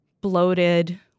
bloated